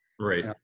Right